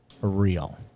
real